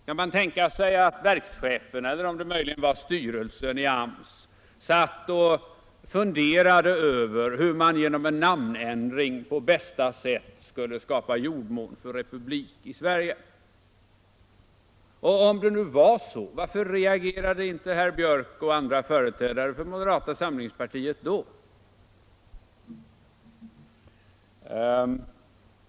Kan man tänka sig att verkschefen, eller om det möjligen var styrelsen, i AMS satt och funderade över hur man genom en namnändring på bästa sätt skulle skapa jordmån för republik i Sverige? Och om det nu var så, varför reagerade inte herr Björck och andra företrädare för moderata samlingspartiet då?